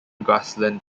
grassland